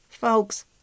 Folks